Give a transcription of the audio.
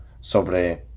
sobre